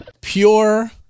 Pure